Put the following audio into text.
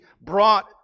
brought